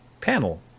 panel